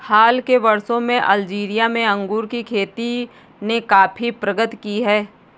हाल के वर्षों में अल्जीरिया में अंगूर की खेती ने काफी प्रगति की है